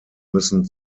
müssen